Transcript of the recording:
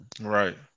Right